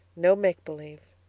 no make-believe.